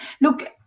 Look